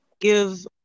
give